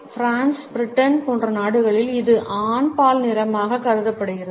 France Britain போன்ற நாடுகளில் இது ஆண்பால் நிறமாக கருதப்படுகிறது